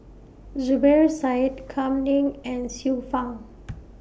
Zubir Said Kam Ning and Xiu Fang